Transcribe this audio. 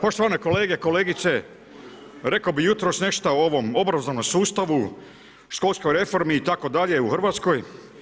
Poštovane kolege, kolegice, rekao bi jutro nešto ovome obrazovnom sustavu, školskoj reformi itd. u Hrvatskoj.